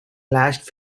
last